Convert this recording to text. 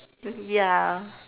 um ya